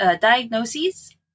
diagnoses